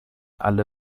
alle